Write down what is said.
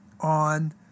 on